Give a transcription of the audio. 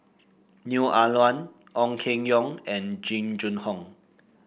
Neo Ah Luan Ong Keng Yong and Jing Jun Hong